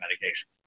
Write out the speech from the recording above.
medication